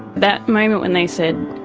that moment when they said